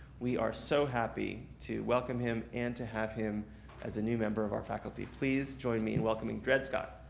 we are so happy to welcome him and to have him as a new member of our faculty. please join me in welcoming dread scott.